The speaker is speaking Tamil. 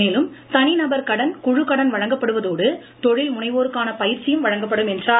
மேலும் தனிநபர் கடன் குழு கடன் வழங்கப்படுவதோடு தொழில் முனைவோருக்கான பயிற்சியும் வழங்கப்படும் என்றார்